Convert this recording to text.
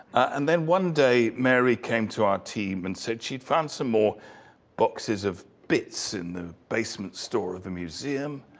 and then one day, mary came to our team and said she found some more boxes of bits in the basement store of the museum,